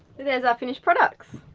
there's our finished products.